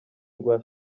rwa